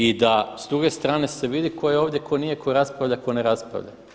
I da s druge strane se vidi tko je ovdje, tko nije, tko raspravlja, tko ne raspravlja.